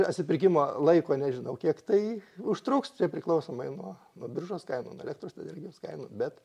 atsipirkimo laiko nežinau kiek tai užtruks čia priklausomai nuo nuo biržos kainų nuo elektros energijos kainų bet